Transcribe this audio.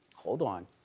hold on,